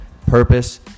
purpose